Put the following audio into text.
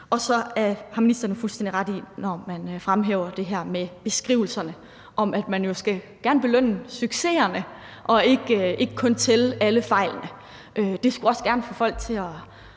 Så har ministeren fuldstændig ret i, når man fremhæver det her med beskrivelserne, at man jo gerne skulle belønne succeserne og ikke kun tælle alle fejlene. Det skulle også gerne få folk til at